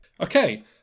Okay